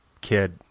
kid